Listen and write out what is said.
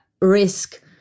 risk